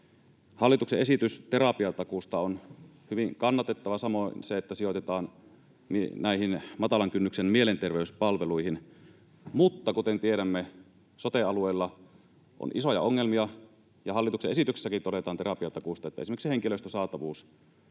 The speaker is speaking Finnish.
Hallituksen esitys terapiatakuusta on hyvin kannatettava, samoin se, että sijoitetaan matalan kynnyksen mielenterveyspalveluihin. Mutta kuten tiedämme, sote-alueilla on isoja ongelmia, ja hallituksen esityksessäkin todetaan terapiatakuusta, että esimerkiksi henkilöstön saatavuus